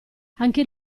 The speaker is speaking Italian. anche